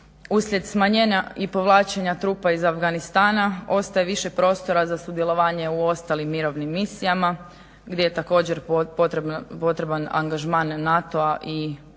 uslijed smanjenja i povlačenja trupa iz Afganistana ostaje više prostora za sudjelovanje u ostalim mirovnim misijama gdje je također potreban angažman NATO-a i